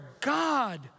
God